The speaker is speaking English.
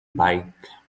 bike